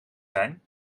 zijn